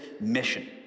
mission